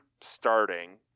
starting